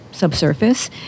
subsurface